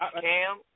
Cam